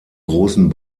großen